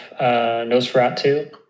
Nosferatu